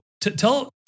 tell